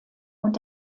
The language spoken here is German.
und